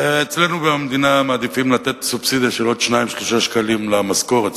ואצלנו במדינה מעדיפים לתת סובסידיה של עוד 2 3 שקלים למשכורת,